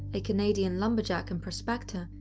a canadian lumberjack and prospector,